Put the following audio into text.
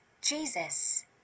Jesus